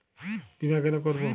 বিমা কেন করব?